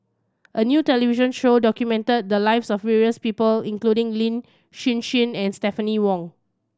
a new television show documented the lives of various people including Lin Hsin Hsin and Stephanie Wong